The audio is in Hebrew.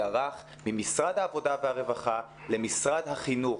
הרך ממשרד העבודה והרווחה למשרד החינוך.